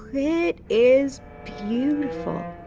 it is beautiful.